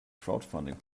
crowdfunding